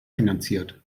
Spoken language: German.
finanziert